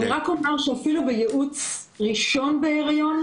אני רק אומר שאפילו בייעוץ ראשון של היריון,